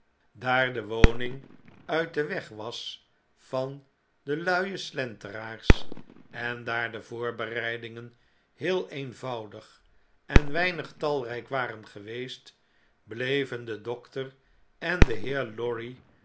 daar de woning uit den weg was van de luie slenteraars en daar de voorbereidingen heel eenvoudig en weinig talrjjk waren geweest bleven de dokter en de heer lorry